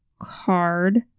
card